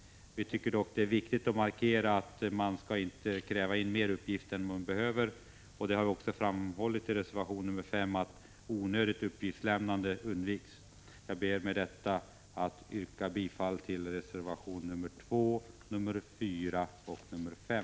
Vi tycker dock att det är viktigt att markera att man inte skall kräva in mer uppgifter än man behöver. Det har också framhållits i reservation 5 att onödigt uppgiftslämnande bör undvikas. Herr talman! Jag ber att med detta få yrka bifall till reservationerna 2, 4 och 5.